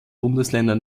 bundesländer